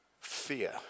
fear